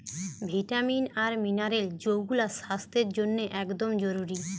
vitamin আর mineral যৌগুলা স্বাস্থ্যের জন্যে একদম জরুরি